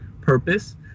purpose